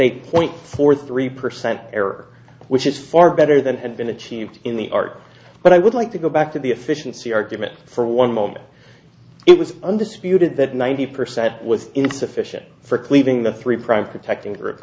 eight point four three percent error which is far better than had been achieved in the arc but i would like to go back to the efficiency argument for one moment it was undisputed that ninety percent was insufficient for cleaving the three prime protecting